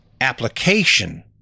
application